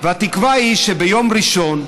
והתקווה היא שביום ראשון,